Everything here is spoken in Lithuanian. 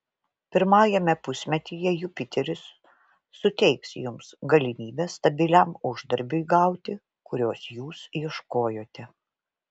pirmajame pusmetyje jupiteris suteiks jums galimybę stabiliam uždarbiui gauti kurios jūs ieškojote